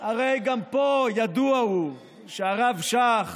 --- הרי גם פה ידוע הוא שהרב שך